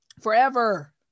forever